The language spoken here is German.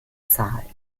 bezahlt